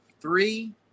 Three